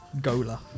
Gola